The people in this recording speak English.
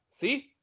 See